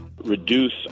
reduce